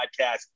podcast